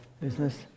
business